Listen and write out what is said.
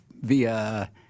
via